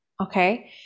Okay